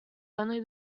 only